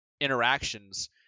interactions